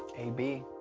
a, b.